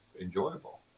enjoyable